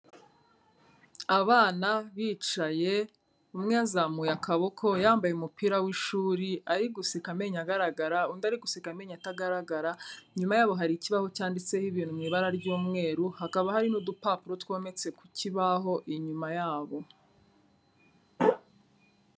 Abana bicaye umwe yazamuye akaboko yambaye umupira w'ishuri ari guseka amenyo agaragara, undi ari guseka amenyo atagaragara, inyuma yaho hari ikibaho cyanditseho ibintu mu ibara ry'umweru, hakaba hari n'udupapuro twometse ku kibaho inyuma yabo.